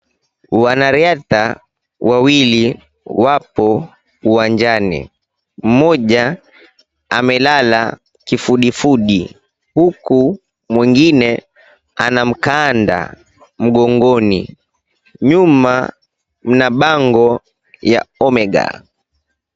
Wanariadha wawili wapo uwanjani, mmoja amelala kifidifudi huku mwengine anamkanda mgongoni nyuma mna bango ya Omega.